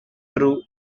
true